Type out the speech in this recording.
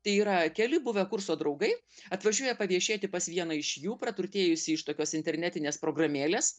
tai yra keli buvę kurso draugai atvažiuoja paviešėti pas vieną iš jų praturtėjusį iš tokios internetinės programėlės